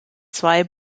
zwei